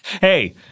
hey